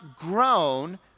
grown